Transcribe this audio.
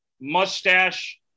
mustache